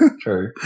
true